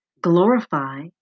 glorify